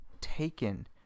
taken